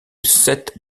sept